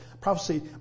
Prophecy